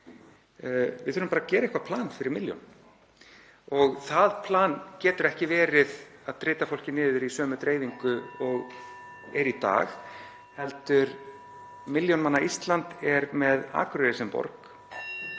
Við þurfum bara að gera eitthvert plan fyrir milljón og það plan getur ekki verið að drita fólki niður í sömu dreifingu (Forseti hringir.) og er í dag heldur er milljón manna Ísland með Akureyri sem borg,